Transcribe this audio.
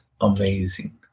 amazing